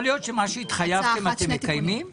יכול להיות שאתם מקיימים את מה שהתחייבתם אליו?